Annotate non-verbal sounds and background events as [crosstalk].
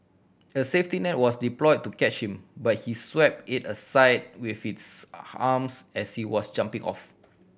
a safety net was deploy to catch him but he swept it aside with his [hesitation] arms as he was jumping off